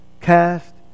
cast